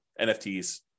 NFTs